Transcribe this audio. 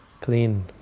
clean